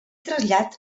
trasllat